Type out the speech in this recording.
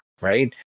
right